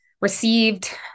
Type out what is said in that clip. received